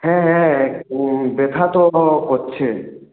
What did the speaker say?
হ্যাঁ হ্যাঁ ব্যথা তো তো করছে